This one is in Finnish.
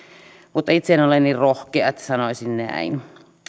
mutta itse en ole niin rohkea että sanoisin näin